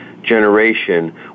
Generation